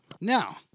Now